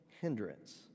hindrance